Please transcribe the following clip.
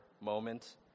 moment